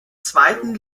zweiten